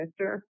Mr